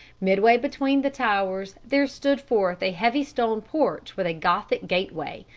midway between the towers there stood forth a heavy stone porch with a gothic gateway,